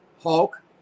Hulk